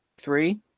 three